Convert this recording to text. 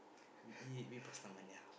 we eat we eat Pastamania